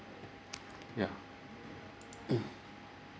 yeah